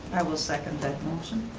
i will second that motion.